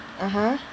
(uh huh)